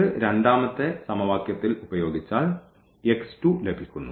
ഇത് രണ്ടാമത്തെ സമവാക്യത്തിൽ ഉപയോഗിച്ചാൽ ലഭിക്കുന്നു